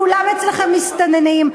כולם אצלכם מסתננים.